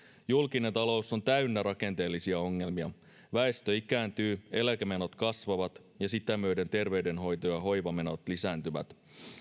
julkinen talous on täynnä rakenteellisia ongelmia väestö ikääntyy eläkemenot kasvavat ja sitä myöden terveydenhoito ja hoivamenot lisääntyvät